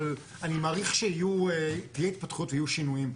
אני מעריך שתהיה התפתחות ויהיו שינויים,